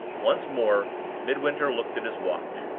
once more midwinter looked at his watch.